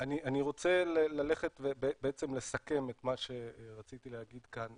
אני רוצה לסכם את מה שרציתי להגיד כאן,